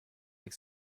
sich